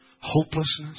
hopelessness